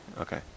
Okay